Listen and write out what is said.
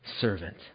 Servant